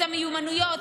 את המיומנויות,